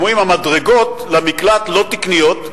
הם אומרים: המדרגות למקלט לא תקניות,